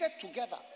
together